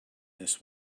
this